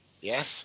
yes